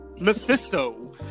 Mephisto